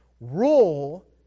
Rule